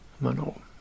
Mano